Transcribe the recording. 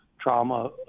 trauma